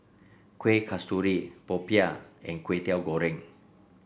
Kuih Kasturi popiah and Kway Teow Goreng